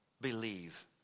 believe